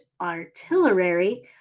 artillery